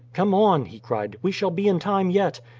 come on, he cried we shall be in time yet,